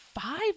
five